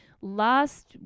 last